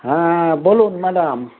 হ্যাঁ বলুন ম্যাডাম